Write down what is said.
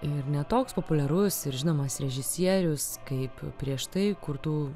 ir ne toks populiarus ir žinomas režisierius kaip prieš tai kurtų